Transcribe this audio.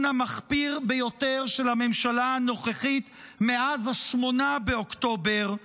המחפיר ביותר של הממשלה הנוכחית מאז 8 באוקטובר,